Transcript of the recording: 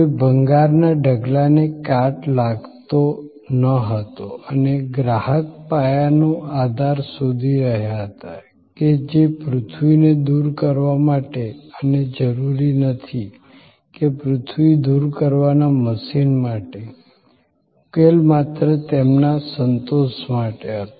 કોઈ ભંગારના ઢગલાને કાટ લાગતો ન હતો અને ગ્રાહક પાયાનો આધાર શોધી રહ્યા હતા કે જે પૃથ્વીને દૂર કરવા માટે અને જરૂરી નથી કે પૃથ્વી દૂર કરવાના મશીન માટે ઉકેલ માત્ર તેમના સંતોષ માટે હતો